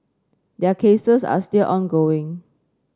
their cases are still ongoing